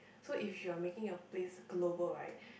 so if you're making a place global right